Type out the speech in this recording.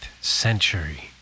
century